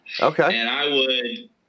Okay